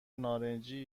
نارنجی